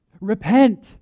Repent